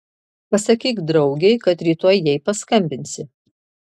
pasakyk draugei kad rytoj jai paskambinsi